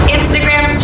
Instagram